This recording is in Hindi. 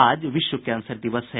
आज विश्व कैंसर दिवस है